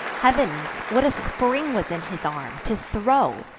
heav'ns! what a spring was in his arm, to throw!